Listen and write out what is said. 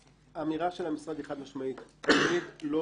האמירה של המשרד היא חד משמעית: תלמיד לא